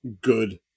good